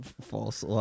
False